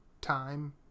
time